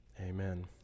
amen